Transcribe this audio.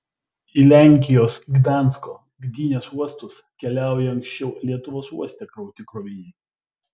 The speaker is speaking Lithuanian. į lenkijos gdansko gdynės uostus keliauja anksčiau lietuvos uoste krauti kroviniai